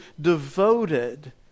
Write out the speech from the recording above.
devoted